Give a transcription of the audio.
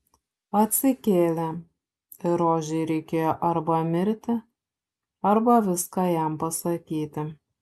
atsikėlė ir rožei reikėjo arba mirti arba viską jam pasakyti